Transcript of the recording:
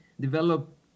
develop